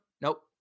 Nope